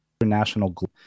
international